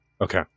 Okay